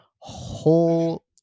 whole